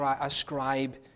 ascribe